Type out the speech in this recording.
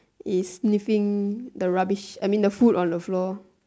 is sniffing the rubbish I mean the food on the floor